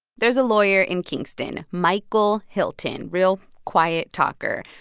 there's a lawyer in kingston, michael hylton real quiet talker,